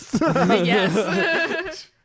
Yes